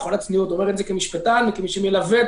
בכל הצניעות אני אומר את זה כמשפטן וכמי שמלווה את